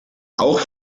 auch